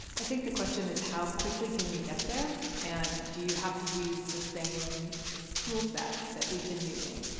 i think the question is, how quickly can you get there and do you have to use the same toolset that we've been using?